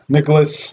Nicholas